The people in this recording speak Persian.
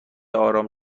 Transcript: آرام